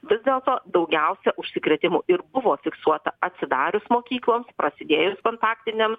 vis dėlto daugiausia užsikrėtimų ir buvo fiksuota atsidarius mokykloms prasidėjus kontaktiniam